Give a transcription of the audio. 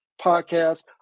podcast